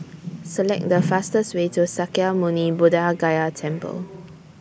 Select The fastest Way to Sakya Muni Buddha Gaya Temple